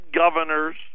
governors